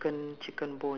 dessert